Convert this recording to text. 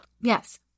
Yes